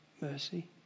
mercy